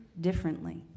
differently